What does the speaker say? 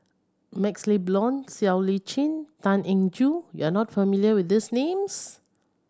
MaxLe Blond Siow Lee Chin Tan Eng Joo you are not familiar with these names